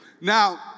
Now